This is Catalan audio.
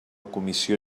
comissió